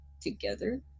together